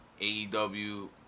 AEW